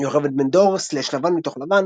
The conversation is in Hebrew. "יוכבד בן-דור/לבן מתוך לבן".